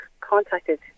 contacted